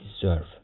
deserve